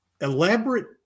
elaborate